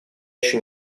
еще